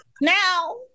now